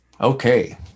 okay